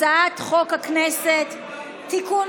הצעת חוק הכנסת (תיקון,